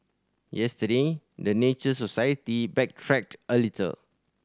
yesterday the Nature Society backtracked a little